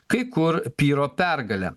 kai kur pyro pergale